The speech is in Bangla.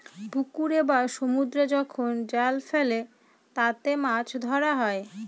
পুকুরে বা সমুদ্রে যখন জাল ফেলে তাতে মাছ ধরা হয়